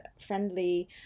friendly